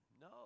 No